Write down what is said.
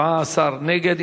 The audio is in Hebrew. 17 נגד.